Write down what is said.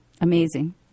Amazing